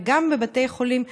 וגם בבתי חולים,